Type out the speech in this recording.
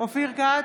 אופיר כץ,